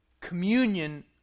Communion